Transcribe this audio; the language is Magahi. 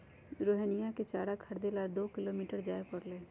रोहिणीया के चारा खरीदे ला दो किलोमीटर जाय पड़लय